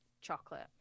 chocolate